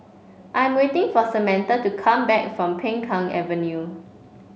I am waiting for Samantha to come back from Peng Kang Avenue